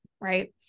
right